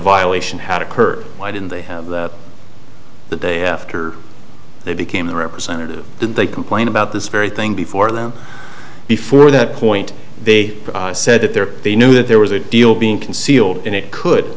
violation had occurred why didn't they have that the day after they became the representative did they complain about this very thing before them before that point they said that there they knew that there was a deal being concealed in it could